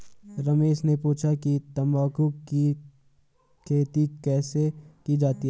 रमेश ने पूछा कि तंबाकू की खेती कैसे की जाती है?